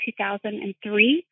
2003